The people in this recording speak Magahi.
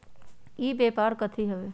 ई व्यापार कथी हव?